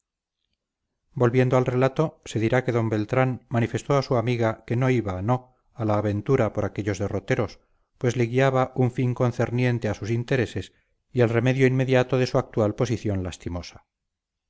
volviendo al relato se dirá que d beltrán manifestó a su amiga que no iba no a la ventura por aquellos derroteros pues le guiaba un fin concerniente a sus intereses y al remedio inmediato de su actual posición lastimosa